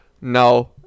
no